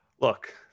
Look